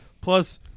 plus